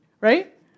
right